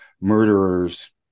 murderers